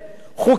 חוקית,